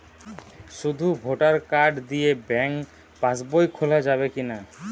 শুধু voter card দিয়ে bank pass বই খোলা যাবে কিনা?